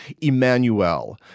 Emmanuel